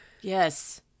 Yes